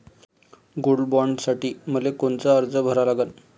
Gold बॉण्डसाठी मले कोनचा अर्ज भरा लागन?